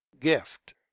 gift